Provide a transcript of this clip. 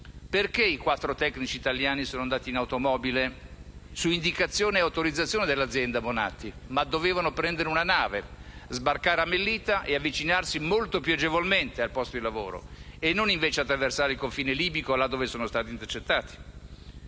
perché i quattro tecnici italiani sono andati in automobile, su indicazione ed autorizzazione dell'azienda Bonatti? Avrebbero dovuto prendere una nave, sbarcare a Mellita ed avvicinarsi molto più agevolmente al posto di lavoro e non invece attraversare il confine libico là dove sono stati intercettati.